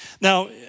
Now